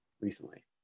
recently